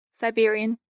Siberian